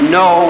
no